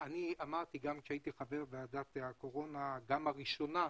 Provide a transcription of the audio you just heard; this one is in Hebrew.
אמרתי גם עת הייתי חבר ועדת הקורונה - גם הראשונה,